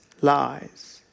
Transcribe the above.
lies